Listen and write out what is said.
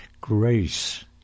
Grace